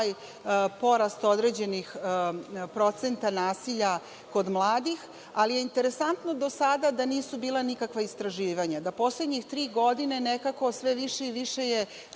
taj porast određenog procenta nasilja kod mladih, ali je interesantno do sada da nisu bila nikakva istraživanja. Poslednje tri godine je sve više i više